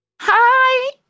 Hi